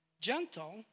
gentle